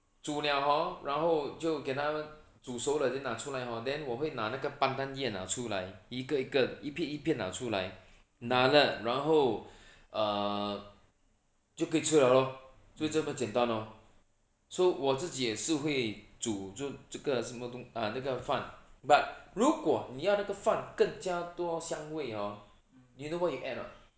煮了 hor 然后就给它煮熟了就拿出来 hor then 我会拿那个 pandan 叶拿出来一个一个一片一片拿出来拿了然后 err 就可以吃了 lor 就这么简单 lor so 我自己也是会煮这个什么东啊那个饭 but 如果你要那个饭更加多香味 hor you know what you add or not